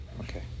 Okay